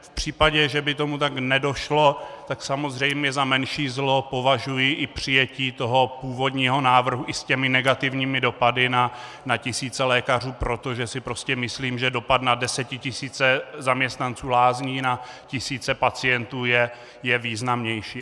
V případě, že by k tomu nedošlo, tak samozřejmě za menší zlo považuji i přijetí toho původního návrhu i s těmi negativními dopady na tisíce lékařů, protože si prostě myslím, že dopad na desetitisíce zaměstnanců lázní, na tisíce pacientů je významnější.